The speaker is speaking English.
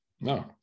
no